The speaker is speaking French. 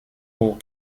pour